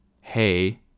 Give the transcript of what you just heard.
hey